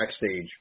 backstage